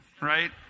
right